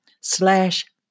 slash